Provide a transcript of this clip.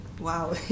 wow